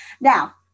Now